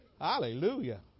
hallelujah